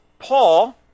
Paul